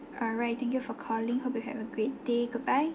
alright thank you for calling hope you have a great day goodbye